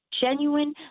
genuine